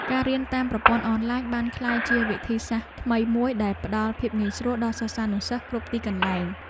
ការរៀនតាមប្រព័ន្ធអនឡាញបានក្លាយជាវិធីសាស្ត្រថ្មីមួយដែលផ្តល់ភាពងាយស្រួលដល់សិស្សានុសិស្សគ្រប់ទីកន្លែង។